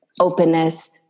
openness